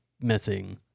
missing